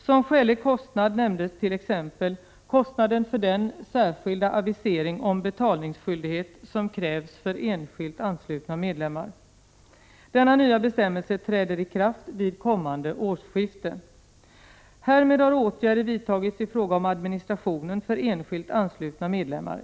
Som skälig kostnad nämndes t.ex. kostnaden för den särskilda avisering om betalningsskyldighet som krävs för enskilt anslutna medlemmar. Denna nya bestämmelse träder i kraft vid kommande årsskifte. Härmed har åtgärder vidtagits i fråga om administrationen för enskilt anslutna medlemmar.